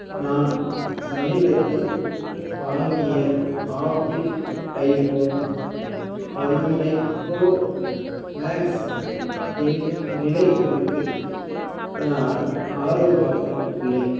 நான் சமீபத்தில் வாங்கிய ஆப்பிள் ஐஃபோன் பதிமூணை ப்ரோ மேக்ஸ் இன் நிலைக் குறித்து நான் ஆர்வமாக உள்ளேன்